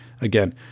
Again